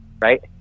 right